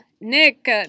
Nick